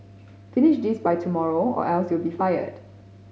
finish this by tomorrow or else you'll be fired